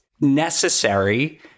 necessary